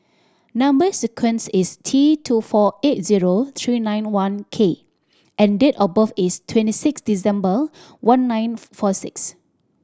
number sequence is T two four eight zero three nine one K and date of birth is twenty six December one nine four six